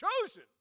chosen